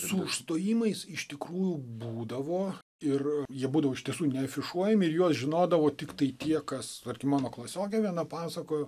su užstojimais iš tikrųjų būdavo ir jie būdavo iš tiesų neafišuojami ir juos žinodavo tiktai tie kas tarkim mano klasiokė viena pasakojo